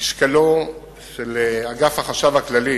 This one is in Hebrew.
משקלו של אגף החשב הכללי